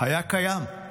היה קיים,